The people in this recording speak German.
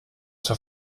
zur